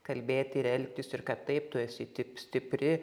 kalbėti ir elgtis ir kad taip tu esi stipri